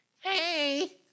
Hey